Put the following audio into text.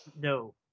No